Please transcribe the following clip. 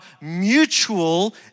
mutual